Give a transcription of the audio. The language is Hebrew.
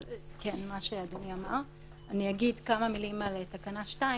אני אגיד כמה מילים על תקנה (2),